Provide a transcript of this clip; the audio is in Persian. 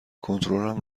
کنترلم